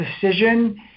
decision